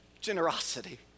Generosity